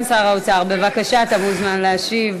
אני סופר את זה.